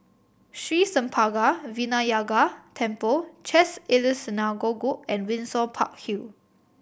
Sri Senpaga Vinayagar Temple Chesed El Synagogue and Windsor Park Hill